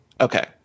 Okay